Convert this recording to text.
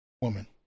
woman